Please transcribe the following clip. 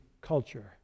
culture